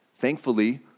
Thankfully